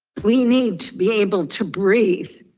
we need to be able to breathe